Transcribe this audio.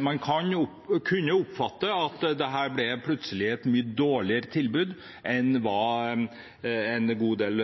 man kunne oppfatte det som at dette plutselig ble et mye dårligere tilbud enn hva en god del